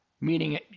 meaning